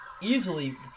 easily